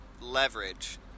leverage